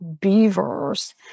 beavers